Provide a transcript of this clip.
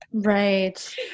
Right